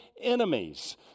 enemies